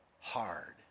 hard